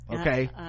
Okay